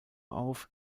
auf